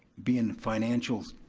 being financial